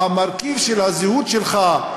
המרכיב של הזהות שלך,